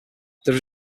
there